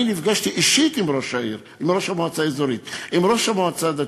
אני נפגשתי אישית עם ראש המועצה האזורית ועם ראש המועצה הדתית,